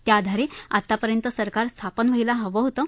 त्याआधारे आतापर्यंत सरकार स्थापन व्हायला हवं होतं